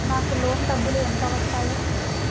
నాకు లోన్ డబ్బులు ఎంత వస్తాయి?